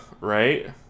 right